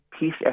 Peace